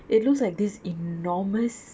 it looks like this enormous